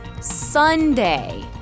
Sunday